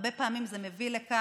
והרבה פעמים זה מביא לכך